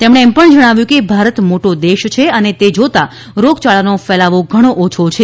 તેમણે એમ પણ જણાવ્યું કે ભારત મોટો દેશ છે તે જોતા રોગયાળાનો ફેલાવો ઘણો ઓછો છે